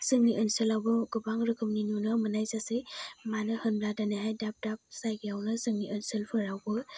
जोंनि ओनसोलावबो गोबां रोखोमनि नुनो मोनाय जासै मानो होनब्ला दोनैहाय दाब दाब जायगाआवनो जोंनि ओनसोलफोरावबो